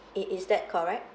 it is that correct